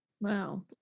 Wow